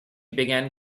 began